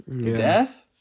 death